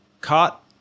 caught